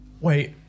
wait